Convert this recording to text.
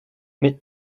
mais